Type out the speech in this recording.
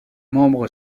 membre